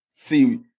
See